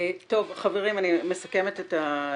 חברים, אני מסכמת את הדיון.